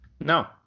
No